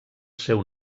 seu